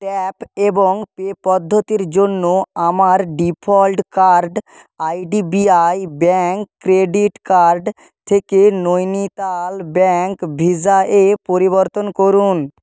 tap এবং pay পদ্ধতির জন্য আমার default card I D B I bank credit card থেকে নৈনিতাল ব্যাঙ্ক ভিসা এ পরিবর্তন করুন